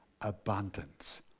abundance